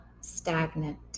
stagnant